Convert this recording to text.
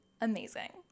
amazing